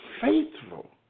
faithful